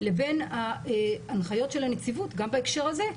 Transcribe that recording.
לבין ההנחיות של הנציבות גם בהקשר הזה,